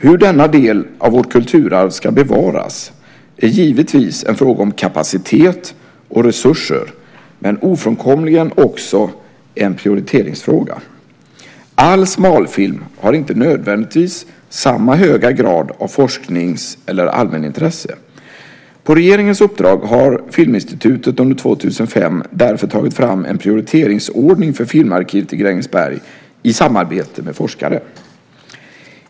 Hur denna del av vårt kulturarv ska bevaras är givetvis en fråga om kapacitet och resurser, men ofrånkomligen också en prioriteringsfråga. All smalfilm har inte nödvändigtvis samma höga grad av forsknings eller allmänintresse. På regeringens uppdrag har Filminstitutet under 2005 därför tagit fram en prioriteringsordning för Filmarkivet i Grängesberg i samarbete med forskare.